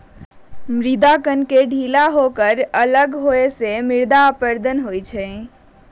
मृदा कण के ढीला होकर अलग होवे से मृदा अपरदन होबा हई